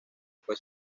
fue